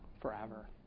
Forever